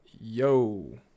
yo